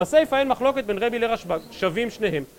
בסייפה אין מחלוקת בין רבי לרשבן, שווים שניהם